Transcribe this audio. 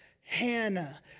Hannah